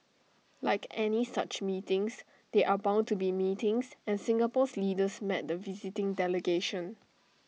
like any such meetings there are bound to be meetings and Singapore's leaders met the visiting delegation